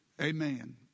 Amen